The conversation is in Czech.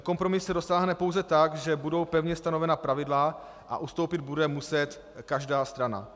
Kompromisu se dosáhne pouze tak, že budou pevně stanovena pravidla a ustoupit bude muset každá strana.